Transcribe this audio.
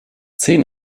zehn